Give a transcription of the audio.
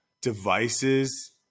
devices